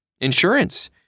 Insurance